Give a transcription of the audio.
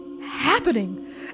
Happening